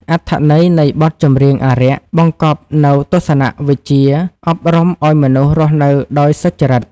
អត្ថន័យនៃបទចម្រៀងអារក្ស បង្កប់នូវទស្សនវិជ្ជាអប់រំឱ្យមនុស្សរស់នៅដោយសុចរិត។